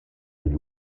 agli